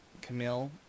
camille